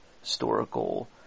historical